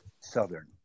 Southern